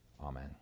Amen